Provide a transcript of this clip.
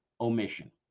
omission